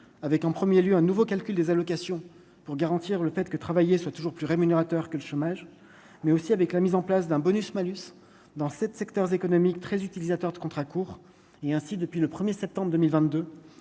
avec en 1er lieu un nouveau calcul des allocations pour garantir le fait que travailler soit toujours plus rémunérateur que le chômage mais aussi avec la mise en place d'un bonus-malus dans 7 secteurs économiques très utilisateurs de contrats courts et ainsi depuis le 1er septembre 2022,